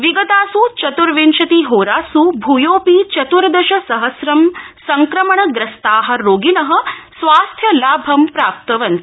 विगतास् चत्र्विशति होरास् भूयोपि चतुर्धश सहस्रं संक्रमण ग्रस्ता रोगिण स्वास्थ्यलाभं प्राप्तवन्त